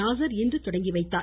நாஸர் இன்று தொடங்கிவைத்தார்